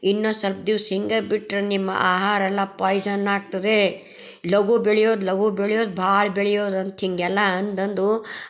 ಇನ್ನೂ ಸ್ವಲ್ಪ ದಿವ್ಸ ಹಿಂಗೆ ಬಿಟ್ಟರೆ ನಿಮ್ಮ ಆಹಾರೆಲ್ಲ ಪಾಯ್ಜನ್ ಆಗ್ತದೆ ಲಘು ಬೆಳೆಯೋದು ಲಘು ಬೆಳೆಯೋದು ಭಾಳ ಬೆಳೆಯೋದು ಅಂತ ಹೀಗೆಲ್ಲ ಅಂದಂದು